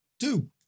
Two